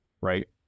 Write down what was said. right